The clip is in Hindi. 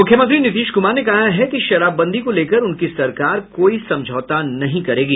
मुख्यमंत्री नीतीश कुमार ने कहा है कि शराबबंदी को लेकर उनकी सरकार कोई समझौता नहीं करेगी